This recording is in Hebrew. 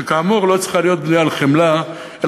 שכאמור לא צריכה להיות בנויה על חמלה אלא